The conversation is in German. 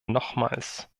nochmals